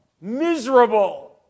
miserable